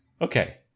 Okay